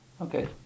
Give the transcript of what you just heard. okay